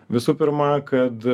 visu pirma kad